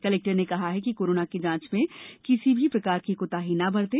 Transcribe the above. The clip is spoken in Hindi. कलेक्टर ने कहा कि कोरोना की जांच में किसी भी प्रकार की कोताही न बरतें